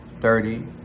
thirty